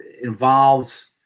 involves